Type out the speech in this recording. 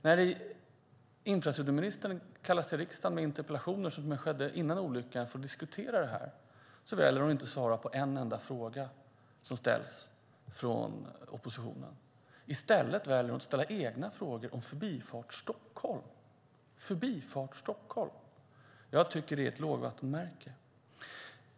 När infrastrukturministern, innan olyckan skedde, kallades till riksdagen för att besvara interpellationer för att diskutera detta valde hon att inte svara på en enda fråga som ställs från oppositionen. I stället valde hon att ställa egna frågor om Förbifart Stockholm. Jag tycker att det är ett lågvattenmärke.